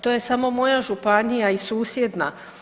To je samo moja županija i susjedna.